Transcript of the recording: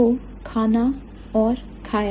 तो खाना और खाया